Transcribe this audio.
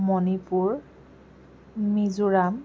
Manipur Mizoram